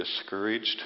discouraged